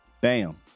bam